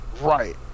Right